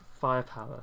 firepower